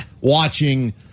watching